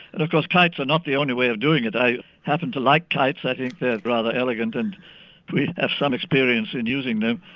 of course kites are not the only way of doing it. i happen to like kites, i think they're rather elegant, and we have some experience in using them.